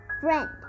friend